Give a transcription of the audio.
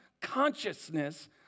consciousness